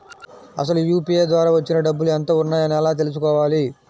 అసలు యూ.పీ.ఐ ద్వార వచ్చిన డబ్బులు ఎంత వున్నాయి అని ఎలా తెలుసుకోవాలి?